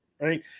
right